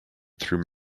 through